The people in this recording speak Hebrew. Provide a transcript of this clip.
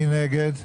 מי נגד?